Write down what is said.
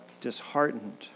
disheartened